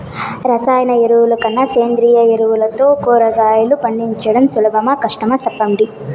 రసాయన ఎరువుల కన్నా సేంద్రియ ఎరువులతో కూరగాయలు పండించడం సులభమా కష్టమా సెప్పండి